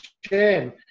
shame